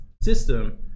system